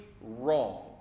wrong